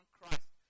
Christ